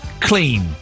clean